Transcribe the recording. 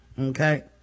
Okay